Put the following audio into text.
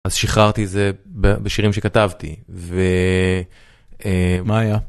אז שחררתי את זה בשירים שכתבתי, ומה היה?